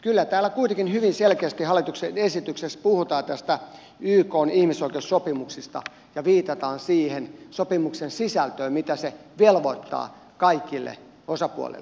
kyllä täällä kuitenkin hyvin selkeästi hallituksen esityksessä puhutaan ykn ihmisoikeussopimuksista ja viitataan siihen sopimuksen sisältöön mitä se velvoittaa kaikille osapuolille